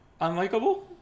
unlikable